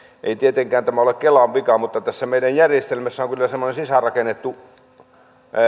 ei tämä tietenkään ole kelan vika mutta tässä meidän järjestelmässä on kyllä sisäänrakennettu